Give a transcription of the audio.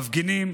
מפגינים,